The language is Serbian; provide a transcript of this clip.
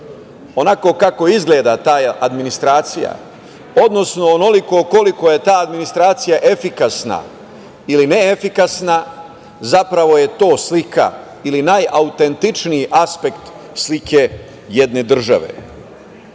Onako kako izgleda ta administracija, odnosno onoliko koliko je ta administracija efikasna ili neefikasna, zapravo je to slika ili najautentičniji aspekt slike jedne države.S